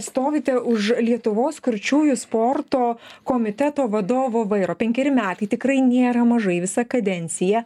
stovite už lietuvos kurčiųjų sporto komiteto vadovo vairo penkeri metai tikrai nėra mažai visa kadencija